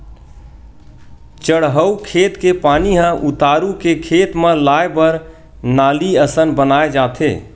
चड़हउ खेत के पानी ह उतारू के खेत म लाए बर नाली असन बनाए जाथे